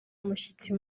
umushyitsi